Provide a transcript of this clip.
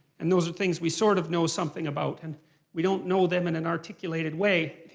and those are things we sort of know something about. and we don't know them in an articulated way,